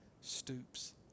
stoops